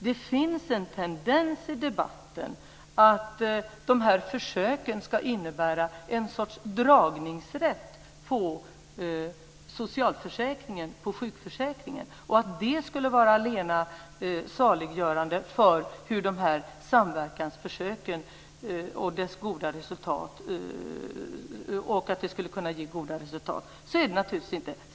Det finns en tendens i debatten att säga att de här försöken ska innebära en sorts dragningsrätt på socialförsäkringen, på sjukförsäkringen, och att det skulle vara allena saliggörande för att de här samverkansförsöken ska kunna ge goda resultat. Så är det naturligtvis inte.